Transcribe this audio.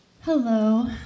Hello